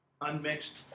unmixed